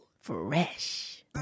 Fresh